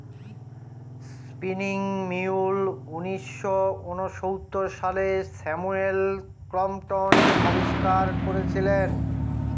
spinning mule উনিশশো ঊনসত্তর সালে স্যামুয়েল ক্রম্পটন আবিষ্কার করেছিলেন